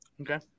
Okay